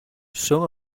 some